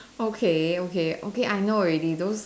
okay okay okay I know already don't